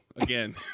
again